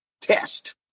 test